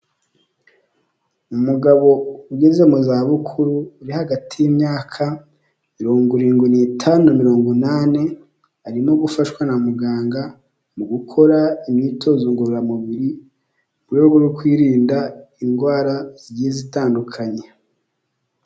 Umugabo ugeze mu za bukuru uri hagati y'imyaka mirongo irindwi n'itanu mirongo inani, arimo gufashwa na muganga mu gukora imyitozo ngororamubiri mu rwego rwo kwirinda indwara zigiye itandukanye.